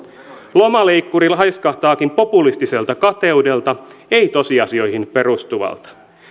lomaleikkuri haiskahtaakin populistiselta kateudelta ei tosiasioihin perustuvalta